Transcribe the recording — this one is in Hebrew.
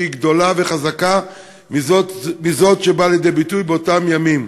שהיא גדולה וחזקה מזאת שבאה לידי ביטוי באותם ימים.